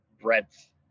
breadth